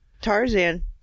Tarzan